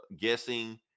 guessing